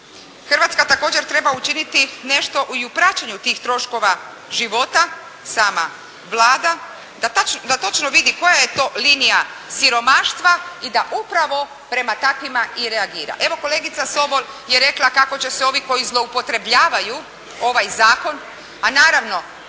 Hrvatska također treba učiniti nešto i u praćenju tih troškova života, sama Vlada da točno vidi koja je to linija siromaštva i da upravo prema takvima i reagira. Evo, kolegica Sobol je rekla kako će se ovi koji zloupotrebljavaju ovaj zakon, a naravno